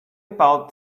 about